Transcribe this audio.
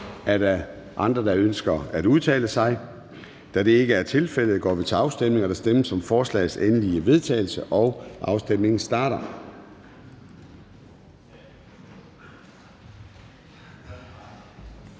Er der andre, der ønsker at udtale sig? Da det ikke er tilfældet, går vi til afstemning. Kl. 09:45 Afstemning Formanden (Søren Gade): Der stemmes om forslagets endelige vedtagelse, og afstemningen starter.